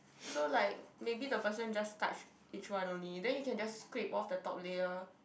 so like maybe the person just touch each one only then you can just scrape off the top layer